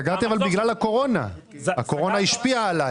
אבל סגרתי בגלל הקורונה, הקורונה השפיעה עליי.